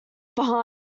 behind